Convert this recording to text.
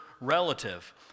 relative